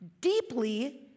deeply